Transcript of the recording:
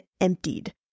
emptied